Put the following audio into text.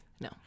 No